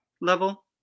level